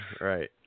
right